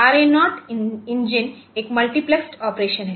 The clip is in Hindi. RA0 इंजन एक मल्टीप्लेक्स ऑपरेशन है